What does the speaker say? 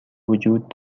وجود